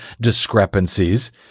discrepancies